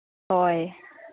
ꯍꯣꯏ